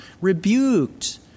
rebuked